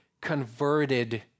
converted